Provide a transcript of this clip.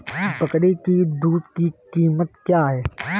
बकरी की दूध की कीमत क्या है?